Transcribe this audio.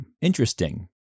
interesting